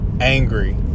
angry